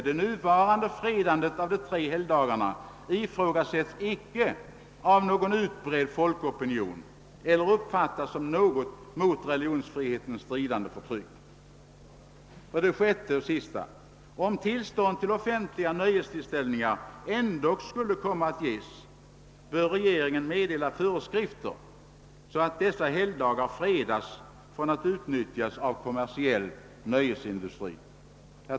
Det nuvarande fredandet av de tre helgdagarna ifrågasätts icke av någon utbredd folkopinion liksom det ej heller uppfattas som något mot religionsfriheten stridande förtryck. 6. Om tillstånd till offentliga nöjestillställningar ändock skulle komma att ges, bör regeringen meddela sådana föreskrifter att dessa helgdagar fredas från att utnyttjas av kommersiell nöjesindustri.